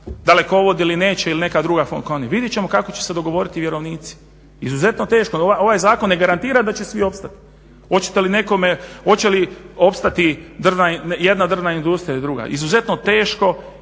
Dalekovod ili neće ili neka druga? Vidjet ćemo kako će se dogovoriti vjerovnici. Izuzetno teško, ovaj zakon ne garantira da će svi opstati. Hoćete li nekome, hoće li opstati jedna drvna industrija i druga. Izuzetno teško